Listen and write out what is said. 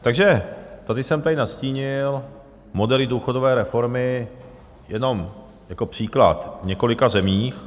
Takže tady jsem tady nastínil modely důchodové reformy jenom jako příklad v několika zemích.